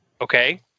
okay